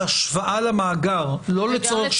לצורך ההשוואה למאגר, לא לצורך שמירה.